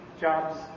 Jobs